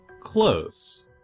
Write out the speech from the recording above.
close